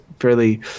fairly